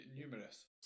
Numerous